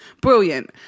Brilliant